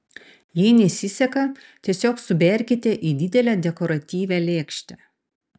jei nesiseka tiesiog suberkite į didelę dekoratyvią lėkštę